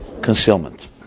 concealment